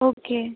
okay